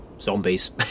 Zombies